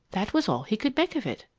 that was all he could make of it.